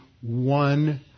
one